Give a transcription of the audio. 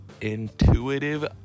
intuitive